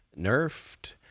nerfed